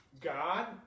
God